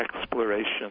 exploration